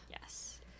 Yes